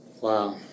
Wow